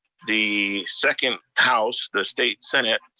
the second house, the state senate,